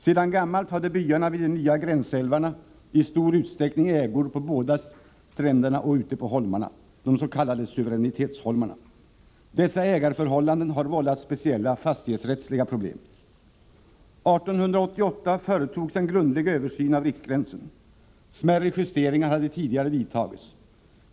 Sedan gammalt hade byarna vid de nya gränsälvarna i stor utsträckning ägor på båda stränderna och ute på holmarna, de s.k. suveränitetsholmarna. Dessa ägarförhållanden har vållat speciella fastighetsrättsliga problem. År 1888 företogs en grundlig översyn av riksgränsen — smärre justeringar hade vidtagits tidigare.